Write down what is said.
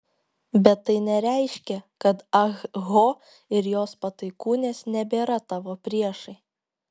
bet tai nereiškia kad ah ho ir jos pataikūnės nebėra tavo priešai